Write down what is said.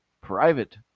private